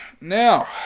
Now